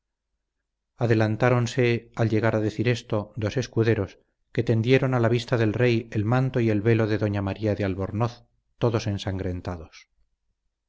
anunciar adelantáronse al llegar a decir esto dos escuderos que tendieron a la vista del rey el manto y el velo de doña maría de albornoz todos ensangrentados